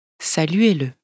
Saluez-le